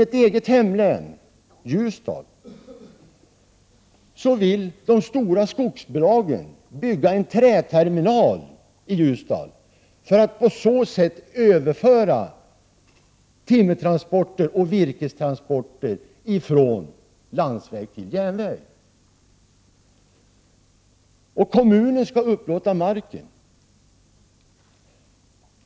I mitt hemlän, Gävleborgs län, vill de stora skogsbolagen bygga en träterminal i Ljusdal för att på så sätt överföra timmeroch virkestransporter ifrån landsväg till järnväg. Ljusdals kommun skall upplåta mark.